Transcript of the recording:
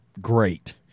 great